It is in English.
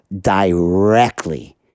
directly